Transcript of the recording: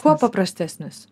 kuo paprastesnis